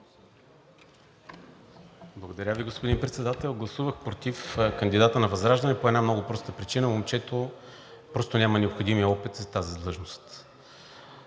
Благодаря Ви, господин Председател. Гласувах против кандидата на ВЪЗРАЖДАНЕ по една много проста причина – момчето просто няма необходимия опит за тази длъжност.